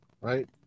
Right